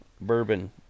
bourbon